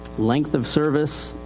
length of service,